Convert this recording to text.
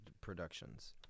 productions